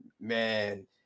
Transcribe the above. man